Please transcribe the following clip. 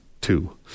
two